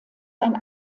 ein